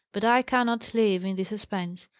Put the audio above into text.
but i cannot live in this suspense.